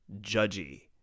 judgy